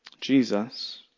Jesus